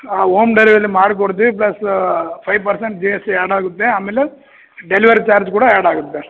ಹಾಂ home delivery ಮಾಡಿ ಕೊಡ್ತೀವಿ plus five percent G S T add ಆಗುತ್ತೆ ಆಮೇಲೆ ಡೆಲಿವರಿ ಚಾರ್ಜ್ ಕೂಡ ಆ್ಯಡ್ ಆಗುತ್ತೆ